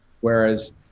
Whereas